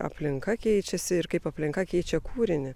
aplinka keičiasi ir kaip aplinka keičia kūrinį